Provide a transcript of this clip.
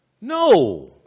No